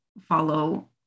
follow